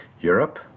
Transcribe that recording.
Europe